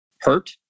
hurt